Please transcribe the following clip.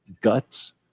guts